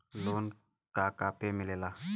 Loan का का पे मिलेला?